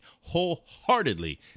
wholeheartedly